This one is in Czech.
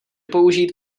použít